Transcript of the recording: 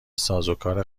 سازوکار